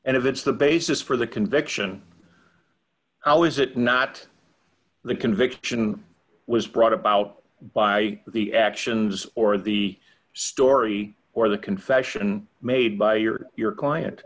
and if it's the basis for the conviction how is it not the conviction was brought about by the actions or the story or the confession made by you or your client